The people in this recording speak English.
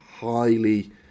highly